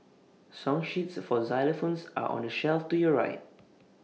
song sheets for xylophones are on the shelf to your right